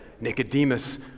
Nicodemus